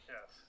Yes